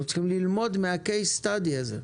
אנחנו צריכים ללמוד מהקייס-סטאדי הזה.